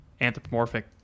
anthropomorphic